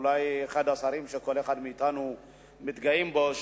אולי אחד השרים שכל אחד מאתנו מתגאה בו,